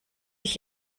ich